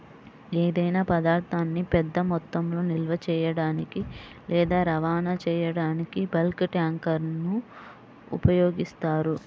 ఏదైనా పదార్థాన్ని పెద్ద మొత్తంలో నిల్వ చేయడానికి లేదా రవాణా చేయడానికి బల్క్ ట్యాంక్లను ఉపయోగిస్తారు